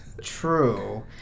true